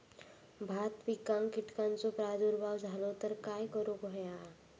भात पिकांक कीटकांचो प्रादुर्भाव झालो तर काय करूक होया?